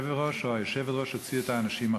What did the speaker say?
היושב-ראש או היושבת-ראש הוציאו את האנשים החוצה.